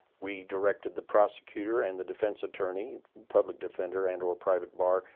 we directed the prosecutor and the defense attorney, public defender, and or private bar,